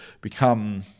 become